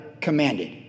commanded